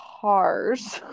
cars